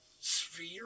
sphere